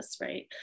right